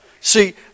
See